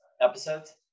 episodes